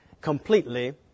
completely